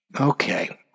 okay